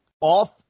off